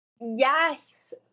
yes